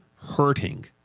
hurting